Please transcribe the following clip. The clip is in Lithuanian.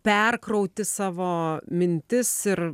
perkrauti savo mintis ir